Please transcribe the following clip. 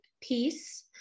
peace